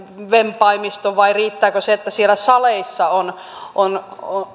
vempaimisto vai riittääkö se että siellä saleissa on